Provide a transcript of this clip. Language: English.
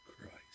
Christ